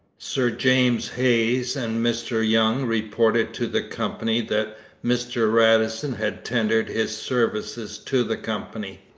sir james hayes and mr young reported to the company that mr radisson had tendered his services to the company,